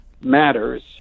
matters